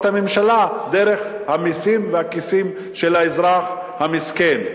הממשלה דרך המסים והכיסים של האזרח המסכן.